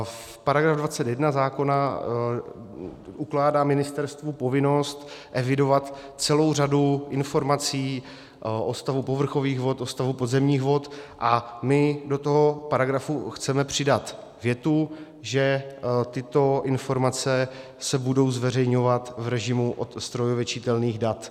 V § 21 zákona ukládá ministerstvu povinnost evidovat celou řadu informací o stavu povrchových vod, o stavu podzemních vod a my do toho paragrafu chceme přidat větu, že tyto informace se budou zveřejňovat v režimu strojově čitelných dat.